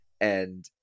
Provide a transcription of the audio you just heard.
and-